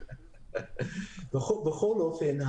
בכל אופן,